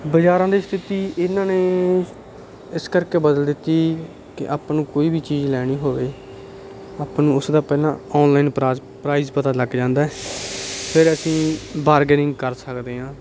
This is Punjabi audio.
ਬਜ਼ਾਰਾਂ ਦੀ ਸਥਿਤੀ ਇਹਨਾਂ ਨੇ ਇਸ ਕਰਕੇ ਬਦਲ ਦਿੱਤੀ ਕਿ ਆਪਾਂ ਨੂੰ ਕੋਈ ਵੀ ਚੀਜ਼ ਲੈਣੀ ਹੋਵੇ ਆਪਾਂ ਨੂੰ ਉਸ ਦਾ ਪਹਿਲਾਂ ਔਨਲਾਈਨ ਪ੍ਰਾਸ ਪ੍ਰਾਈਜ਼ ਪਤਾ ਲੱਗ ਜਾਂਦਾ ਫਿਰ ਅਸੀਂ ਬਾਰਗੇਨਿੰਗ ਕਰ ਸਕਦੇ ਹਾਂ